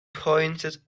pointed